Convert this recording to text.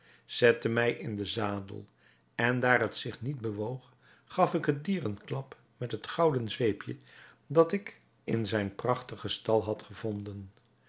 zette mij in den zadel en daar het zich niet bewoog gaf ik het dier een klap met het gouden zweepje dat ik in zijn prachtigen stal had gevonden